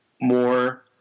more